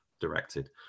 directed